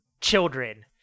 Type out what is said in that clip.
children